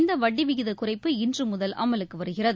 இந்த வட்டி விகிதக் குறைப்பு இன்று முதல் அமலுக்கு வருகிறது